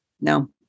No